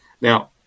Now